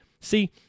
See